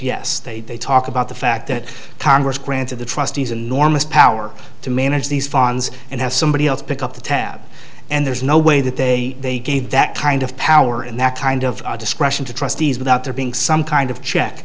yes they they talk about the fact that congress granted the trustees enormous power to manage these funds and have somebody else pick up the tab and there's no way that they they gave that kind of power and that kind of discretion to trustees without there being some kind of check